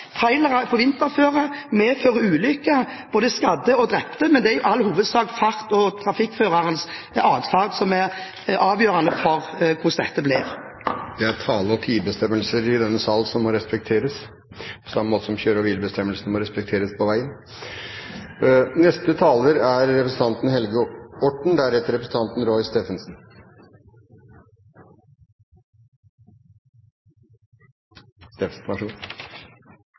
på vinterføre medfører ulykker, med både skadde og drepte, men det er i all hovedsak fart og trafikkførernes atferd som er avgjørende for hvordan dette blir. Det er tale- og tidsbestemmelser i denne sal som må respekteres, på samme måte som kjøre- og hvilebestemmelsene må respekteres på veien. Det er